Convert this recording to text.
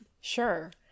Sure